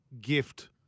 gift